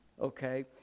okay